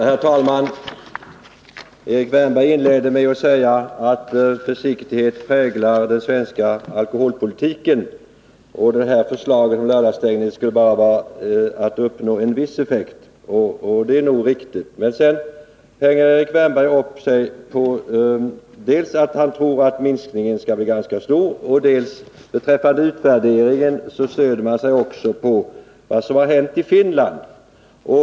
Herr talman! Erik Wärnberg inledde med att säga att försiktighet präglar den svenska alkoholpolitiken och att försöket med lördagsstängning bara skulle ge en viss effekt. Det är nog riktigt, men sedan sade Erik Wärnberg att han tror att minskningen skall bli ganska stor och att han beträffande utvärderingen stöder sig på vad som hänt i Finland.